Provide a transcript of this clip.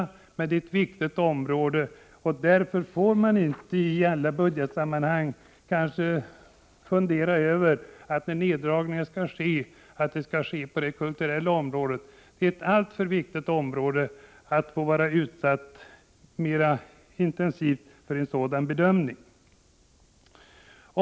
Kulturen är ett viktigt område, och därför får man inte i alla budgetsammanhang när neddragningar skall ske fundera över att göra sådana på det kulturella området. Det är alltför viktigt för att bli intensivt utsatt för en sådan bedömning.